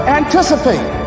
anticipate